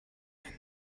einen